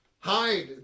Hide